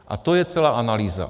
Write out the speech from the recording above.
A to je celá analýza.